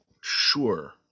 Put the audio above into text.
sure